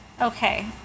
Okay